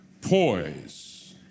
poise